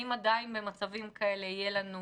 האם במצבים כאלה עדיין יהיו לנו